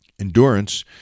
Endurance